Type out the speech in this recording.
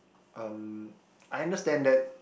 um I understand that